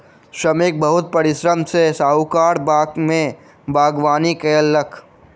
श्रमिक बहुत परिश्रम सॅ साहुकारक बाग में बागवानी कएलक